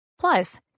Plus